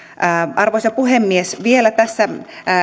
arvoisa puhemies vielä tässä